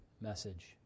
message